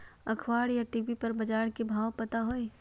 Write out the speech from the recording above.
अखबार या टी.वी पर बजार के भाव पता होई?